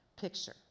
picture